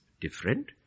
different